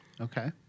Okay